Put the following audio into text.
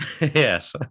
yes